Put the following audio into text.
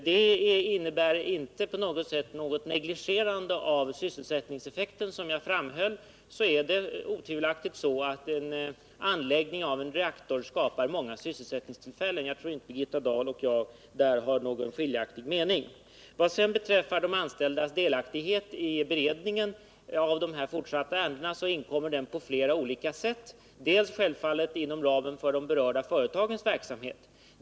Det innebär inte på något sätt ett negligerande av sysselsättningseffekten. Som jag framhöll är det otvivelaktigt så att anläggandet av en reaktor skapar många sysselsättningstillfällen. Jag tror inte att Birgitta Dahl och jag på den punkten har skiljaktiga meningar. Vad sedan beträffar de anställdas delaktighet i den fortsatta beredningen av ärendena vill jag för det första framhålla att den självfallet på flera olika sätt faller inom ramen för verksamheten.